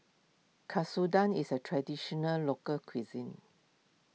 Katsudon is a Traditional Local Cuisine